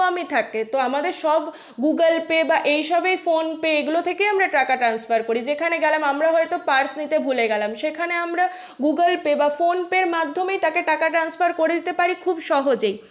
কমই থাকে তো আমাদের সব গুগল পে বা এইসবই ফোনপে এগুলো থেকেই আমরা টাকা ট্রান্সফার করি যেখানে গেলাম আমরা হয়তো পার্স নিতে ভুলে গেলাম সেখানে আমরা গুগল পে বা ফোনপের মাধ্যমেই তাকে টাকা ট্রান্সফার করে দিতে পারি খুব সহজেই